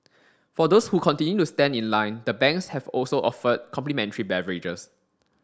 for those who continue to stand in line the banks have also offered complimentary beverages